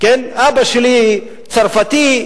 אבא שלי צרפתי,